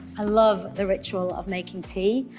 i love the ritual of making tea.